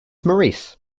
maurice